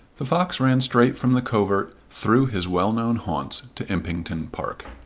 the fox ran straight from the covert through his well-known haunts to impington park,